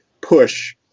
push